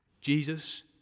Jesus